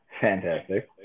Fantastic